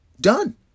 Done